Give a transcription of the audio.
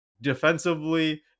defensively